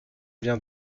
viens